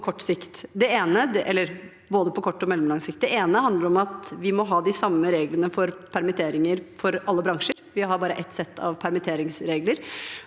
Det ene handler om at vi må ha de samme reglene for permitteringer for alle bransjer. Vi har bare ett sett med permitteringsregler.